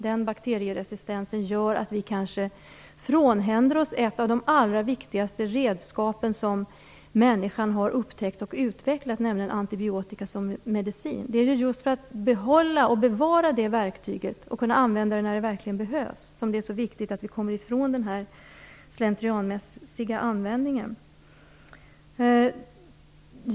Den bakterieresistensen gör att vi kanske frånhänder oss ett av de allra viktigaste redskapen som människan har upptäckt och utvecklat, nämligen antibiotika som medicin. Det är just för att behålla och bevara det verktyget och för att kunna använda det när det verkligen behövs som det är så viktigt att vi kommer ifrån den slentrianmässiga användningen.